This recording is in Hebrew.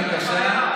בבקשה,